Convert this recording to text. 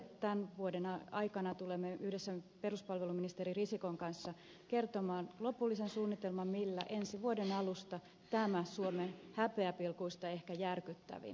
tämän vuoden aikana tulemme yhdessä peruspalveluministeri risikon kanssa kertomaan lopullisen suunnitelman millä ensi vuoden alusta tämä suomen häpeäpilkuista ehkä järkyttävin poistuu